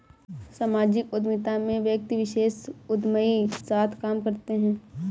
सामाजिक उद्यमिता में व्यक्ति विशेष उदयमी साथ काम करते हैं